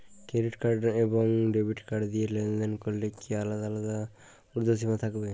Credit card এবং debit card দিয়ে লেনদেন করলে কি আলাদা আলাদা ঊর্ধ্বসীমা থাকবে?